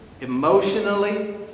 emotionally